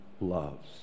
loves